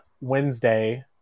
Wednesday